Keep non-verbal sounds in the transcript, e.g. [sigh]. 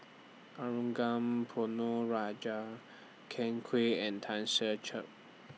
[noise] [unintelligible] Ponnu Rajah Ken Kwek and Tan Ser Cher